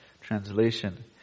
Translation